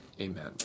Amen